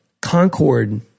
Concord